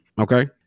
Okay